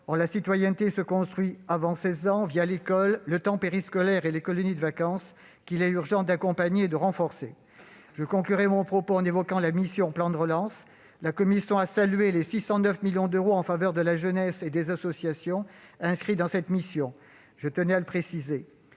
la citoyenneté se construit avant 16 ans, l'école, le temps périscolaire et les colonies de vacances, qu'il est urgent d'accompagner et de renforcer. Je conclurai mon propos, en évoquant la mission « Plan de relance ». La commission a salué les 609 millions d'euros en faveur de la jeunesse et des associations qui sont inscrits dans cette mission- je tenais à le préciser.